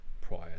prior